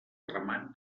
ramat